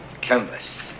Canvas